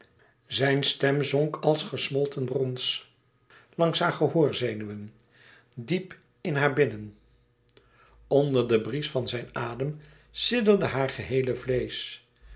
zijn stem zonk als gesmolten brons langs hare gehoorzenuwen diep in haar binnen onder den bries van zijn adem sidderde haar geheele vleesch